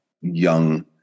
young